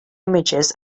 images